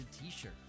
t-shirt